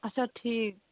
اچھا ٹھیٖک